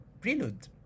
prelude